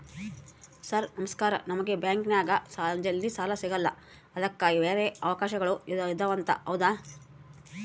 Sir ನಮಸ್ಕಾರ ನಮಗೆ ಬ್ಯಾಂಕಿನ್ಯಾಗ ಜಲ್ದಿ ಸಾಲ ಸಿಗಲ್ಲ ಅದಕ್ಕ ಬ್ಯಾರೆ ಅವಕಾಶಗಳು ಇದವಂತ ಹೌದಾ?